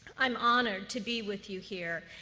i'm honored to be with you here,